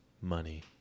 money